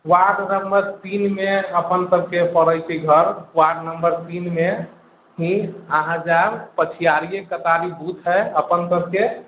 ward number तीनमे अपनसभके पड़ैत छै घर वार्ड नम्बर तीनमे ही अहाँ जायब पछियारी कतारी बूथ हइ अपनसभके